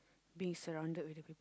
being surrounded with the people